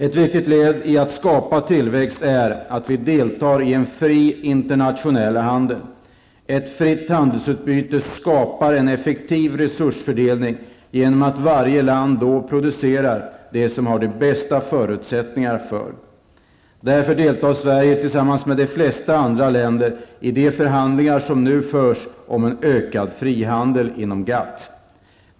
Ett viktigt led i att skapa tillväxt är att vi deltar i en fri internationell handel. Ett fritt handelsutbyte skapar en effektiv resursfördelning genom att varje land då producerar det som det har de bästa förutsättningarna för. Därför deltar Sverige tillsammans med de flesta andra länder i de förhandlingar som nu förs om en ökad frihandel inom GATT.